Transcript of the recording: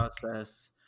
process